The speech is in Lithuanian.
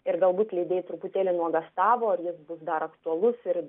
ir galbūt leidėjai truputėlį nuogąstavo ar jis bus dar aktualus ir